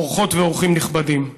אורחות ואורחים נכבדים,